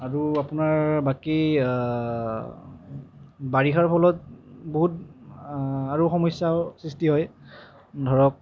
আৰু আপোনাৰ বাকী বাৰিষাৰ ফলত বহুত আৰু সমস্যাৰো সৃষ্টি হয় ধৰক